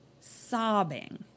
sobbing